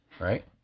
right